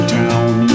town